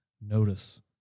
Notice